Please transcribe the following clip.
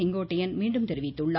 செங்கோட்டையன் மீண்டும் தெரிவித்துள்ளார்